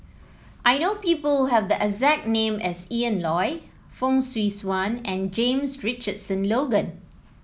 I know people who have the exact name as Ian Loy Fong Swee Suan and James Richardson Logan